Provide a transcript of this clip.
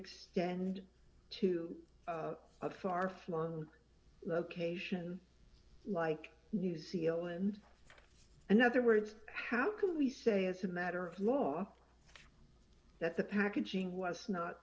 extend to a far flung location like new zealand and other words how can we say as a matter of law that the packaging was not